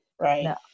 Right